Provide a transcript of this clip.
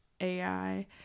AI